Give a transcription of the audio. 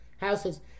houses